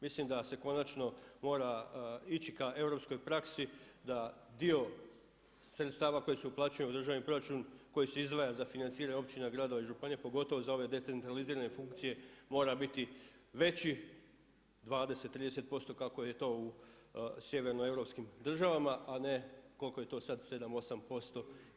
Mislim da se konačno mora ići k europskoj praksi da dio sredstava koja se uplaćuju u državni proračun koji se izdvaja za financiranje općina, gradova i županija pogotovo za ove decentralizirane funkcije mora biti veći 20, 30% kako je to u sjevernoeuropskim državama, a ne koliko je to sad 7, 8%